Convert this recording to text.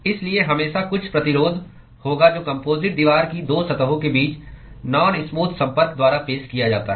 इसलिए हमेशा कुछ प्रतिरोध होगा जो कम्पोजिट दीवार की 2 सतहों के बीच नान स्मूथ संपर्क द्वारा पेश किया जाता है